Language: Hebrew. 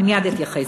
אני מייד אתייחס.